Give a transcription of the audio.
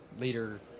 leader